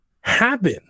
happen